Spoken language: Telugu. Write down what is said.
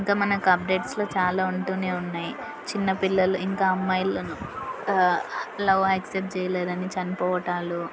ఇంకా మనకి అప్డేట్స్లో చాలా ఉంటూనే ఉన్నాయి చిన్న పిల్లలు ఇంకా అమ్మాయిలను లవ్ యాక్సప్ట్ చేయలేదని చనిపోవటాలు